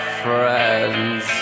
friends